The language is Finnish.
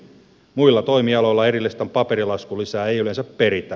muilla toimialoilla erillistä paperilaskulisää ei yleensä peritä